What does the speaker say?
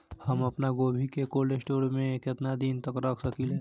हम आपनगोभि के कोल्ड स्टोरेजऽ में केतना दिन तक रख सकिले?